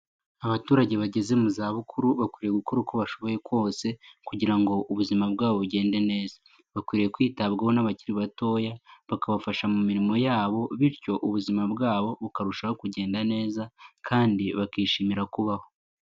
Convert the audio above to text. Abaturage bageze mu zabukuru bakwiriye gukora uko bashoboye kose kugira ngo ubuzima bwabo bugende neza. Bakwiriye kwitabwaho n'abakiri batoya bakabafasha mu mirimo yabo, bityo ubuzima bwabo bukarushaho kugenda neza kandi bakishimira kubaho.